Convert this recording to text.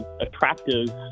attractive